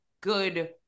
good